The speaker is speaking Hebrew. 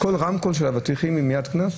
חנות אבטיחים בשוק זה מייד קנס?